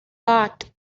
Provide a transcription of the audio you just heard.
part